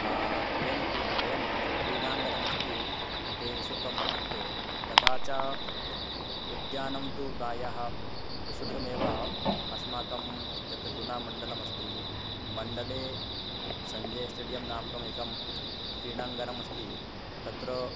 द्वयं तु द्वयं क्रीडाङ्गणमस्ति ते निःशुल्कं वर्तन्ते तथा च उद्यानं तु प्रायः निःशुल्कमेव अस्माकं यत् गुणा मण्डलमस्ति मण्डले सञ्जय स्टेडियं नामकम् एकं क्रीडाङ्गणमस्ति तत्र